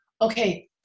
Okay